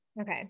Okay